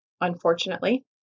unfortunately